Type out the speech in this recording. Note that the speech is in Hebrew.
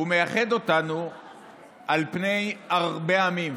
מייחד אותנו על פני הרבה עמים,